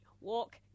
walk